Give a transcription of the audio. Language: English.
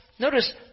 Notice